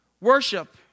Worship